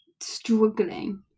struggling